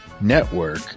network